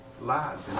lives